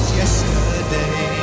yesterday